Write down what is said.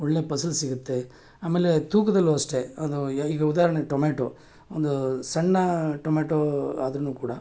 ಒಳ್ಳೆ ಫಸಲು ಸಿಗುತ್ತೆ ಆಮೇಲೆ ತೂಕದಲ್ಲೂ ಅಷ್ಟೇ ಅದು ಈಗ ಉದಾಹರ್ಣೆಗೆ ಟೊಮೆಟೊ ಒಂದೂ ಸಣ್ಣ ಟೊಮೆಟೋ ಆದ್ರೂ ಕೂಡ